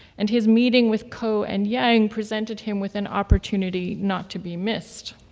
and his meeting with ko and yang presented him with an opportunity not to be missed.